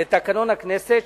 לתקנון הכנסת,